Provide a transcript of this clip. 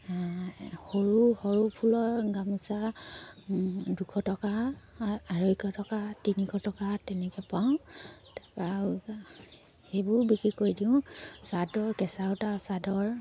সৰু সৰু ফুলৰ গামোচা দুশ টকা আঢ়ৈশ টকা তিনিশ টকা তেনেকৈ পাওঁ তাৰপৰা আৰু সেইবোৰো বিক্ৰী কৰি দিওঁ চাদৰ কেঁচা সূতা চাদৰ